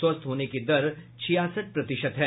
स्वस्थ होने की दर छियासठ प्रतिशत है